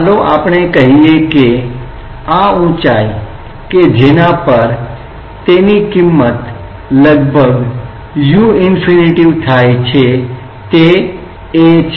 ચાલો આપણે કહીએ કે આ ઊંચાઈ કે જેના પર તેની કિંમત લગભગ u∞ થાય છે તે 'a' છે